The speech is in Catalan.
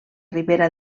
ribera